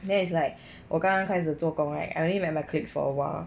then it's like 我刚刚开始做 right I already wear my clicks for awhile